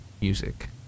music